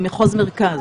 עם מחוז מרכז.